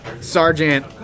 sergeant